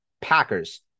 Packers